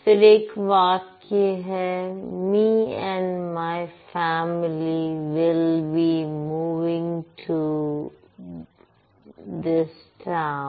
फिर एक वाक्य है me and my family will be moving to this town